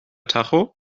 tacho